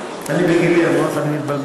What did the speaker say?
אני בגילי, את רואה איך אני מתבלבל?